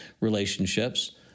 relationships